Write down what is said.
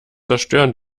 zerstören